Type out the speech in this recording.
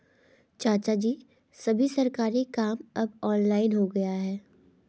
चाचाजी, सभी सरकारी काम अब ऑनलाइन हो गया है